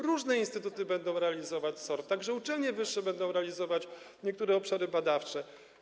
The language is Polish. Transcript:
Różne instytuty będą realizować SOR, także uczelnie wyższe będą realizować niektóre obszary badawcze.